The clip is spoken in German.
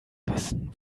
wissen